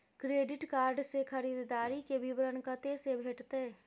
Credit card से खरीददारी के विवरण कत्ते से भेटतै?